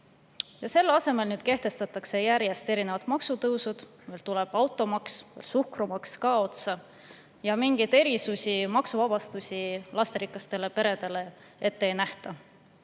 Selle asemel kehtestatakse järjest erinevad maksutõusud. Tuleb automaks, suhkrumaks ka otsa ja mingeid erisusi, maksuvabastusi lasterikastele peredele ette ei nähta.